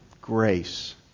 grace